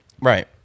Right